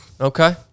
Okay